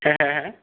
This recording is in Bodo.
हे हे हे